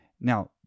Now